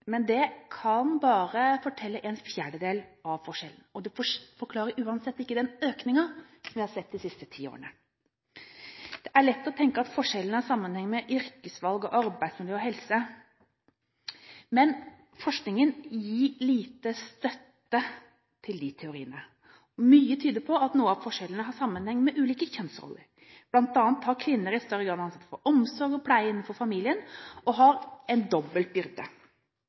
men det kan bare forklare én fjerdedel av forskjellen, og det forklarer uansett ikke den økningen vi har sett de siste ti årene. Det er lett å tenke at forskjellen har sammenheng med yrkesvalg, arbeidsmiljø og helse, men forskningen gir lite støtte til de teoriene. Mye tyder på at noe av forskjellen har sammenheng med ulike kjønnsroller. Blant annet har kvinner i større grad ansvaret for omsorg og pleie innenfor familien og har slik sett en dobbel byrde.